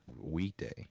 weekday